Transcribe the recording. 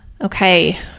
Okay